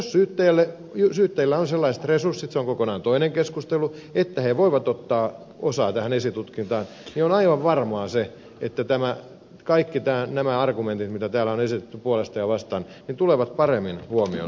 jos syyttäjillä on sellaiset resurssit se on kokonaan toinen keskustelu että he voivat ottaa osaa esitutkintaan niin on aivan varmaa se että kaikki nämä argumentit mitä täällä on esitetty puolesta ja vastaan tulevat paremmin huomioon otetuiksi